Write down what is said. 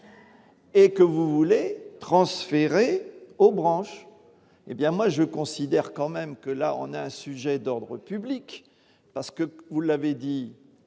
Et que vous voulez transférer aux branches, hé bien moi je considère quand même que là on a un sujet d'ordre public, parce que vous l'avez dit